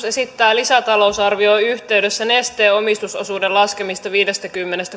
esittää lisätalousarvion yhteydessä nesteen omistusosuuden laskemista viidestäkymmenestä